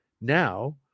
Now